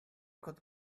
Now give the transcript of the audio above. could